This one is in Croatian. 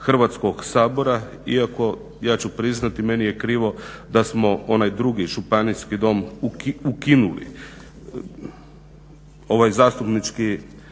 Hrvatskog sabora iako ja ću priznati meni je krivo da smo onaj drugi Županijski dom ukinuli. Ovaj zastupnički